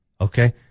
Okay